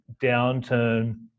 downturn